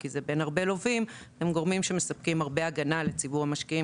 כי זה בן הרבה לווים הם גורמים שמספקים הרבה הגנה לציבור המשקיעים,